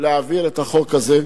להעביר את החוק הזה,